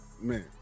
Man